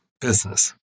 business